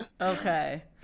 okay